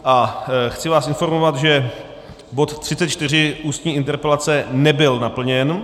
A chci vás informovat, že bod 34 Ústní interpelace nebyl naplněn.